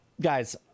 guys